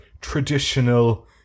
traditional